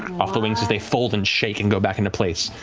off the wings as they fold and shake and go back into place,